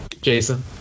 Jason